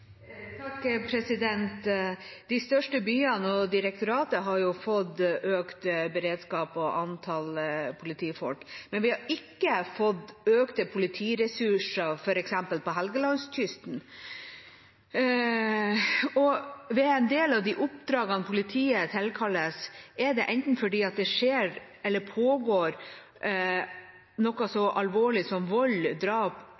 De største byene og direktoratet har fått økt beredskap og antall politifolk, men vi har ikke fått økte politiressurser f.eks. på Helgelandskysten. Ved en del av oppdragene politiet tilkalles til, er det enten fordi det skjer eller pågår noe så alvorlig som vold, drap